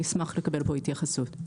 אני אשמח לקבל פה התייחסות.